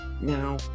Now